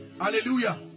Hallelujah